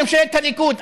ממשלת הליכוד.